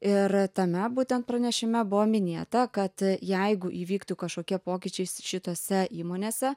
ir tame būtent pranešime buvo minėta kad jeigu įvyktų kažkokie pokyčiai s šitose įmonėse